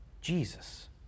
Jesus